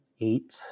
eight